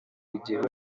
w’igihugu